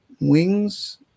Wings